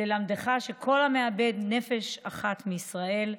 ללמדך שכל המאבד נפש אחת מישראל,